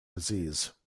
disease